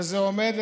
וזה עומד,